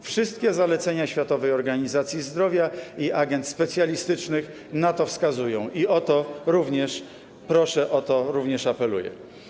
Wszystkie zalecenia Światowej Organizacji Zdrowia i agend specjalistycznych na to wskazują i o to również proszę, o to również apeluję.